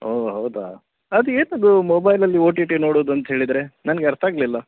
ಓ ಹೌದಾ ಅದು ಏನದು ಮೊಬೈಲಲ್ಲಿ ಓ ಟಿ ಟಿ ನೋಡೋದು ಅಂಥೇಳಿದರೆ ನನಗೆ ಅರ್ಥಾಗಲಿಲ್ಲ